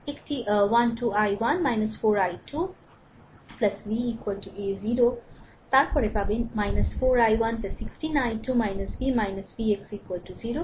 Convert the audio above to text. একটি 12 i1 4 l 2 v a 0 এবং তারপরে পাবেন 4 i1 16 i2 v vx 0